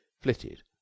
flitted